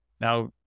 Now